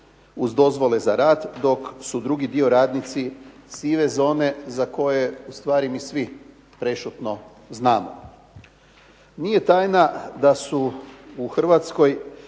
uz dozvole za rad, dok su drugi dio radnici sive zone za koje ustvari mi svi prešutno znamo. Nije tajna da su u Hrvatskoj